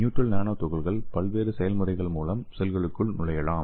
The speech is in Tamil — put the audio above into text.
நியூட்ரல் நானோ துகள்கள் பல்வேறு செயல்முறைகள் மூலம் செல்களுக்குள் நுழையலாம்